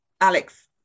Alex